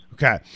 Okay